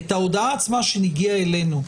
את ההודעה עצמה שהגיעה אלינו,